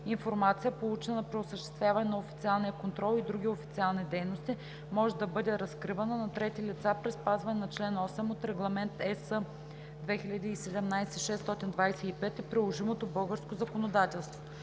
Информация, получена при осъществяване на официалния контрол и други официални дейности, може да бъде разкривана на трети лица при спазване на чл. 8 от Регламент (ЕС) 2017/625 и приложимото българско законодателство.